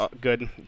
good